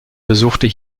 besuchte